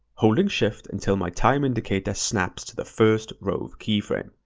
holding shift until my time indicator snaps to the first rove keyframe.